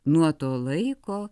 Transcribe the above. nuo to laiko